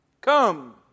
Come